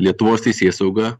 lietuvos teisėsauga